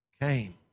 came